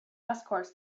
escorts